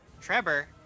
trevor